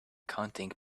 counting